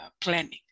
planning